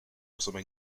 ressemble